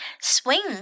Swing